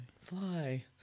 fly